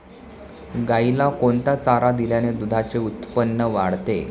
गाईला कोणता चारा दिल्याने दुधाचे उत्पन्न वाढते?